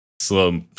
slow